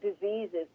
diseases